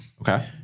Okay